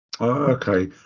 okay